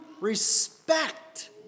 respect